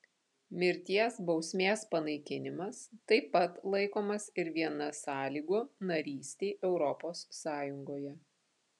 mirties bausmės panaikinimas taip pat laikomas ir viena sąlygų narystei europos sąjungoje